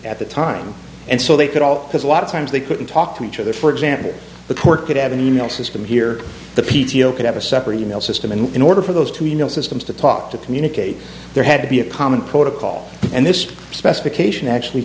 at the time and so they could all because a lot of times they couldn't talk to each other for example the port could have an email system here the p t o could have a separate email system and in order for those to you know systems to talk to communicate there had to be a common protocol and this specification actually